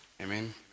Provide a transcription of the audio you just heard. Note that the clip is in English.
Amen